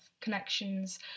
connections